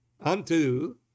unto